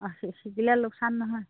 অঁ চি শিকিলে লোকচান নহয়